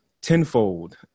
tenfold